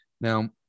Now